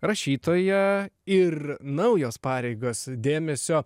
rašytoją ir naujos pareigos dėmesio